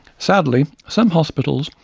sadly, some hospitals,